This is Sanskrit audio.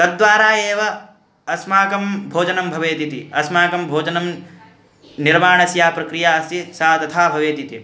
तद्वारा एव अस्माकं भोजनं भवेत् इति अस्माकं भोजनं निर्माणस्य प्रक्रिया अस्ति सा तथा भवेत् इति